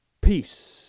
Peace